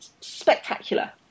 spectacular